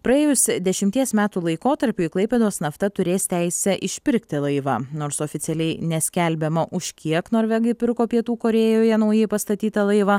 praėjus dešimties metų laikotarpiui klaipėdos nafta turės teisę išpirkti laivą nors oficialiai neskelbiama už kiek norvegai pirko pietų korėjoje naujai pastatytą laivą